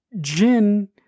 Jin